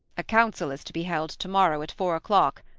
a council is to be held to-morrow, at four o'clock,